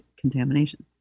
contamination